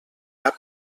cap